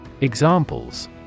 Examples